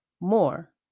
more